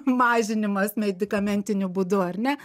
mažinimas medikamentiniu būdu ar ne